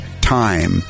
time